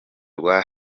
rwa